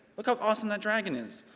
look how awesome that dragon is,